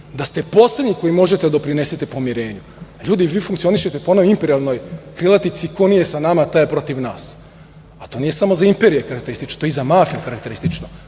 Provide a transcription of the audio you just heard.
da ste poslednji koji možete da doprinesete pomirenju. Ljudi, vi funkcionišete po onoj imperijalnoj krilatici – ko nije sa nama, taj je protiv nas, a to nije samo za imperije karakteristično, to je i za mafije karakteristično,